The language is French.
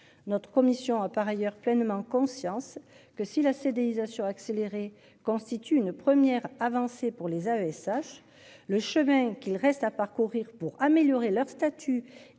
Notre commission a par ailleurs pleinement conscience que s'il a cédé. Ils assurent accéléré constitue une première avancée pour les AESH le chemin qu'il reste à parcourir pour améliorer leur statut.